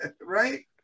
Right